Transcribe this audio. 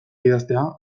idaztea